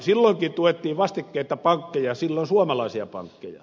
silloinkin tuettiin vastikkeetta pankkeja silloin suomalaisia pankkeja